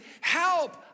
Help